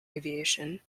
aviation